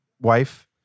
wife